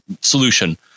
solution